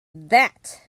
that